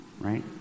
Right